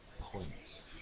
points